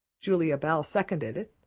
julia bell seconded it,